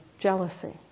jealousy